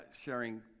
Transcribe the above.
sharing